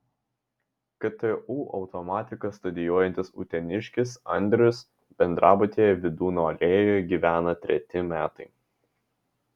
ktu automatiką studijuojantis uteniškis andrius bendrabutyje vydūno alėjoje gyvena treti metai